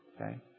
okay